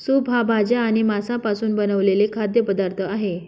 soup हा भाज्या आणि मांसापासून बनवलेला खाद्य पदार्थ आहे